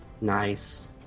Nice